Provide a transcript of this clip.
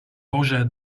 boże